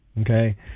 Okay